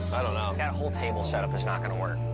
i don't know. that whole table set-up is not gonna work.